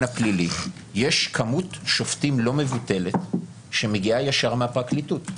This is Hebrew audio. הפלילי - מספר שופטים לא מבוטל שמגיע ישר מהפרקליטות.